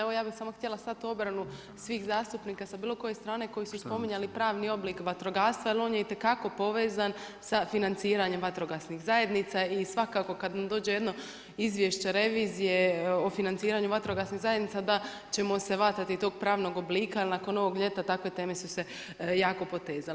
Evo ja bi samo htjela stati u obranu svih zastupnika sa bilo koje strane, koji su spominjali prvni oblik vatrogastva, jer on je itekako povezan sa financiranjem vatrogasnih zajednica i svakako kad nam dođe jedno izvješće revizije o financiranju vatrogasne zajednice, da ćemo se varati tog pravnog oblika, jer nakon ovog ljeta takve teme su se jako potezale.